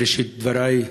בראשית דברי,